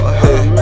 hey